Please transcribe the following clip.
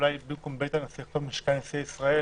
שאולי במקום בית הנשיא לכתוב משכן נשיאי ישראל.